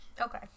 Okay